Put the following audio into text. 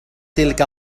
تلك